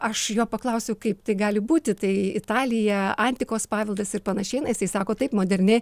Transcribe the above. aš jo paklausiau kaip tai gali būti tai italija antikos paveldas ir panašiai na jisai sako taip moderni